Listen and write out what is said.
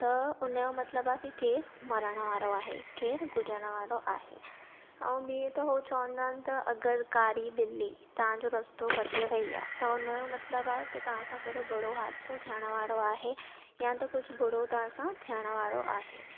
त हुन जो मतिलबु आहे कि केर मरणु वारो आहे केर गुज़रणु वारो आहे ऐं बि त हू चवंदा आहिनि त अॻरि कारी ॿिल्ली तव्हांजो रस्तो कटे वई आहे त हुन जो मतिलबु आहे त तव्हांसां कहिड़ो बुरो हादिसो थियण वारो आहे या त कुझु बुरो तव्हां सां थियणु वारो आहे